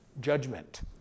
judgment